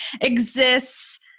exists